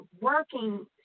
working